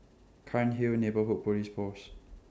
Cairnhill Neighbourhood Police Post